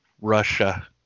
Russia